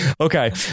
Okay